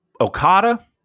Okada